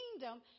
kingdom